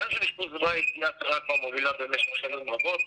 הרעיון של אשפוז בית מובילה במשך שנים רבות.